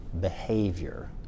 behavior